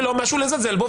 זה לא משהו לזלזל בו,